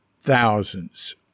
thousands